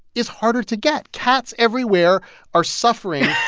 is harder to get. cats everywhere are suffering.